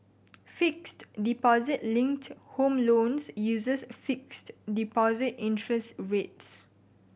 fixed deposit linked home loans uses fixed deposit interest rates